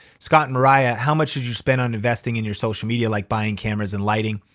scott mariah, how much did you spend on investing in your social media, like buying cameras and lighting?